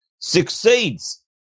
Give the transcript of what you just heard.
succeeds